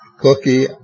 cookie